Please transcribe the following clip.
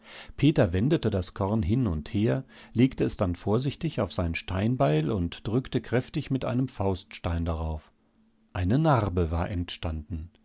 peter wendete das korn hin und her legte es dann vorsichtig auf sein steinbeil und drückte kräftig mit einem fauststein darauf eine narbe war entstanden